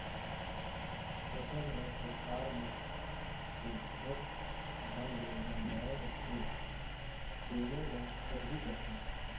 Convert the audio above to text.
फसल ह कोठार म सुग्घर ढंग ले गंजाय रथे तेने ल खरही कथें